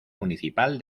municipal